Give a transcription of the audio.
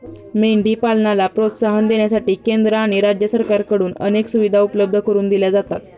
मेंढी पालनाला प्रोत्साहन देण्यासाठी केंद्र आणि राज्य सरकारकडून अनेक सुविधा उपलब्ध करून दिल्या जातात